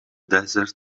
desert